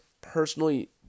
personally